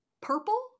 Purple